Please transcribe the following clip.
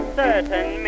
certain